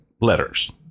letters